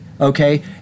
okay